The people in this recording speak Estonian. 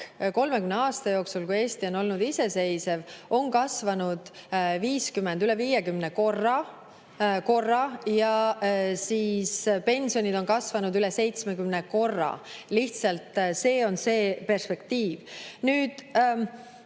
30 aasta jooksul, kui Eesti on olnud iseseisev, kasvanud üle 50 korra ja pensionid on kasvanud üle 70 korra. Lihtsalt see on see perspektiiv. Kes